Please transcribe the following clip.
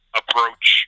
approach